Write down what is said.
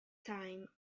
time